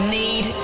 need